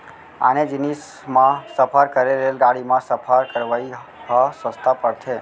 आने जिनिस म सफर करे ले रेलगाड़ी म सफर करवाइ ह सस्ता परथे